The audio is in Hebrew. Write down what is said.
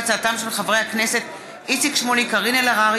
בהצעתם של חברי הכנסת איציק שמולי, קארין אלהרר,